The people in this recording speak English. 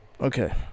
Okay